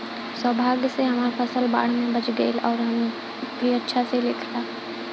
सौभाग्य से हमर फसल बाढ़ में बच गइल आउर अभी अच्छा से खिलता